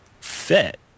fit